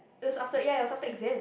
it's after ya it was after exam